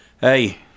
hey